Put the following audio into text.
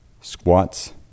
Squats